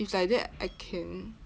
if like that I can